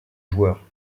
joueur